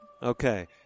Okay